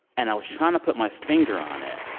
and i was trying to put my finger on it,